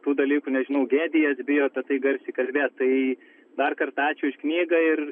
tų dalykų nežinau gėdijasi bijo apie tai garsiai kalbėt tai dar kartą ačiū už knygą ir